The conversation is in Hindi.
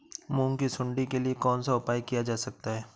मूंग की सुंडी के लिए कौन सा उपाय किया जा सकता है?